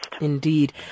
Indeed